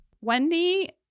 Wendy